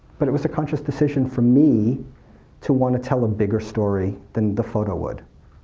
but it was a conscious decision for me to want to tell a bigger story than the photo would.